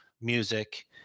music